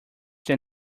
than